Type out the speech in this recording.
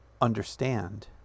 understand